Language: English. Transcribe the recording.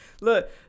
look